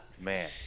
Man